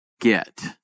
get